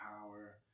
power